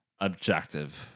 objective